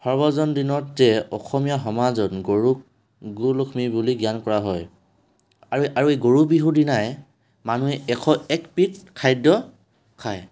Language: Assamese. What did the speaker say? সৰ্বজন দিনত অসমীয়া সমাজত গৰুক গো লক্ষ্মী বুলি জ্ঞান কৰা হয় আৰু আৰু গৰু বিহুৰ দিনাই মানুহে এশ একবিধ খাদ্য খায়